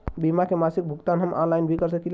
बीमा के मासिक भुगतान हम ऑनलाइन भी कर सकीला?